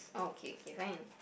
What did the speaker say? oh okay okay fine